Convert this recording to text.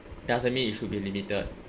doesn't mean it should be limited